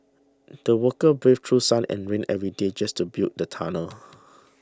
the workers braved through sun and rain every day just to build the tunnel